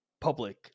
public